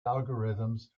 algorithms